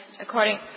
according